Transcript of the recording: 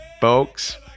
folks